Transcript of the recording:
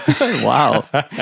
Wow